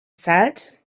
said